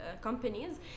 companies